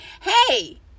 hey